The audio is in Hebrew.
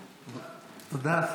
תודה.